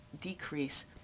decrease